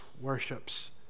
worships